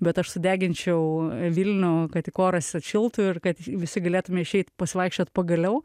bet aš sudeginčiau vilnių kad tik oras atšiltų ir kad visi galėtume išeit pasivaikščiot pagaliau